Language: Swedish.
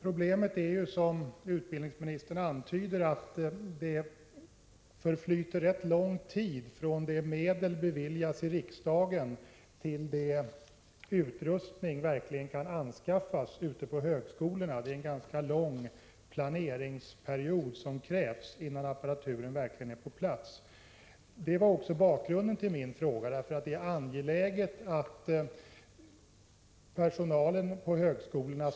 Riksdagen har beslutat att frågan om statsbidragsberättigade fyratimmarssammankomster inom studiecirkelverksamheten skall prövas . En förutsättning för dylika sammankomster skall enligt beslutet vara att de ej medför några merkostnader för staten, någon ökning av antalet studietimmar totalt eller andra, icke önskvärda effekter. tvåtimmarssammankomst inom en och samma studiecirkel.